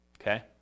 Okay